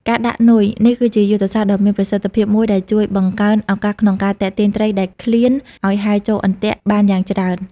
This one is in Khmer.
ការដាក់នុយនេះគឺជាយុទ្ធសាស្ត្រដ៏មានប្រសិទ្ធភាពមួយដែលជួយបង្កើនឱកាសក្នុងការទាក់ទាញត្រីដែលឃ្លានឲ្យហែលចូលអន្ទាក់បានយ៉ាងច្រើន។